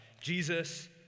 Jesus